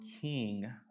king